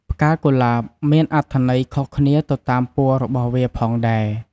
ផ្កាកុលាប មានអត្ថន័យខុសគ្នាទៅតាមពណ៌របស់វាផងដែរ។